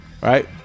right